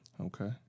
okay